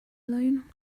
alone